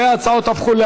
התשע"ח 2017,